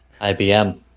IBM